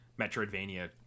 metroidvania